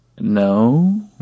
No